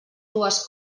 dues